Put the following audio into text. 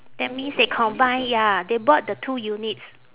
that means they combine ya they bought the two units